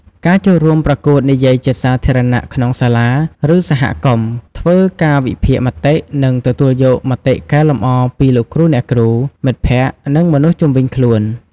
ការចូលរួមប្រកួតនិយាយជាសាធារណៈក្នុងសាលា ឬសហគមន៍ ធ្វើការវិភាគមតិ និងទទួលយកមតិកែលម្អពីលោកគ្រូអ្នកគ្រូ មិត្តភក្តិ និងមនុស្សជុំវិញខ្លួន។